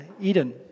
Eden